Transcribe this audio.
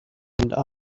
and